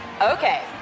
Okay